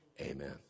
amen